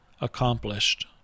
accomplished